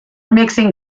mixing